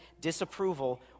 disapproval